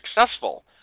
successful